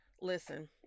listen